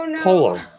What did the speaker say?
Polo